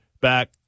back